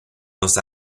los